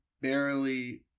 barely